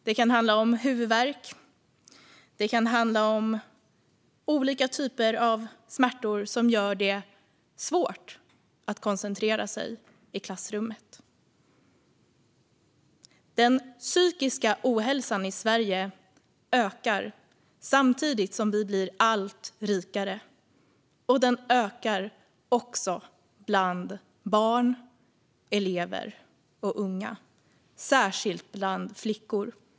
Det kan handla om huvudvärk eller olika typer av smärtor som gör det svårt att koncentrera sig i klassrummet. Den psykiska ohälsan i Sverige ökar samtidigt som vi blir allt rikare, och den ökar också bland barn, elever och unga och särskilt bland flickor.